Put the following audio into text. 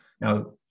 Now